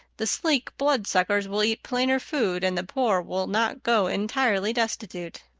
the sleek blood-suckers will eat plainer food and the poor will not go entirely destitute.